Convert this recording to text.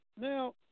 Now